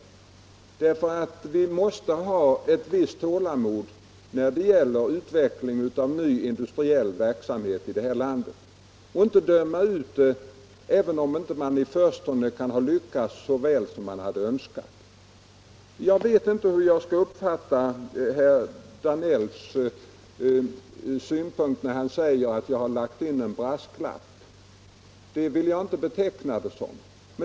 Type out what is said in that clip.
Vi måste ha ett visst tålamod när det gäller utveckling av ny industriell verksamhet i vårt land och inte döma ut den, även om man i förstone kanske inte lyckas så väl som man hade önskat. Jag vet inte hur jag skall uppfatta herr Danell när han säger att jag har lagt in en brasklapp. Jag vill inte beteckna det så.